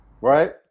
Right